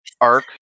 arc